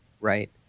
Right